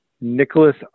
Nicholas